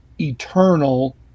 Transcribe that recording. eternal